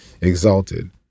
exalted